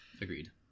agreed